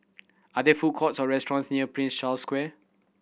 are there food courts or restaurants near Prince Charles Square